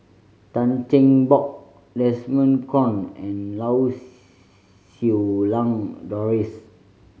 Tan Cheng Bock Desmond Kon and Lau Siew Lang Doris